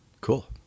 Cool